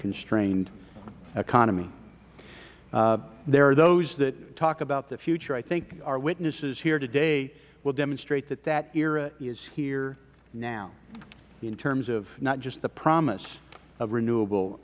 constrained economy there are those that talk about the future i think our witnesses here today will demonstrate that that era is here now in terms of not just the promise of renewable